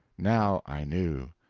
now i knew!